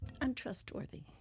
untrustworthy